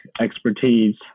expertise